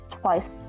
twice